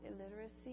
illiteracy